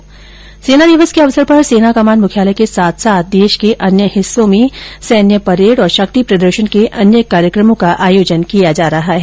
सेना दिवस के अवसर पर सेना कमान मुख्यालय के साथ साथ देश के अन्य हिस्सों में सैन्य परेड और शक्ति प्रदर्शन के अन्य कार्यक्रमों का आयोजन किया जा रहा है